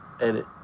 edit